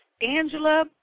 Angela